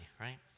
right